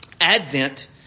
Advent